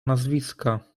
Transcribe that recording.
nazwiska